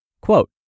quote